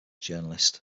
journalist